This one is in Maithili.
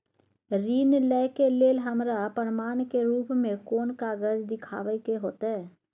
ऋण लय के लेल हमरा प्रमाण के रूप में कोन कागज़ दिखाबै के होतय?